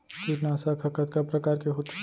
कीटनाशक ह कतका प्रकार के होथे?